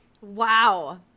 Wow